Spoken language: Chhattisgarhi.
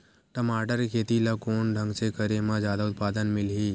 टमाटर के खेती ला कोन ढंग से करे म जादा उत्पादन मिलही?